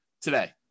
today